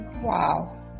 Wow